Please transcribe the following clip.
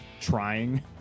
trying